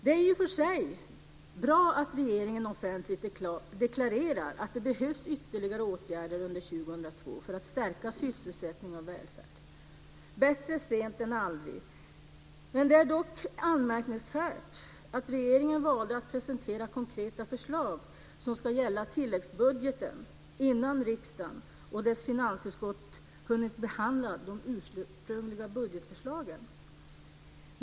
Det är i och för sig bra att regeringen offentligt deklarerar att det behövs ytterligare åtgärder under 2002 för att stärka sysselsättning och välfärd - bättre sent än aldrig. Men det är anmärkningsvärt att regeringen valde att presentera konkreta förslag som ska gälla tilläggsbudgeten innan riksdagen och dess finansutskott hunnit att behandla de ursprungliga budgetförslagen.